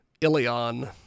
Ilion